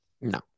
No